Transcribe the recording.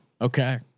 Okay